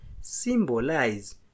symbolize